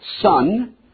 son